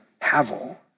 havel